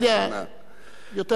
יותר טוב לשים לב.